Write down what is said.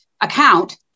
account